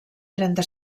trenta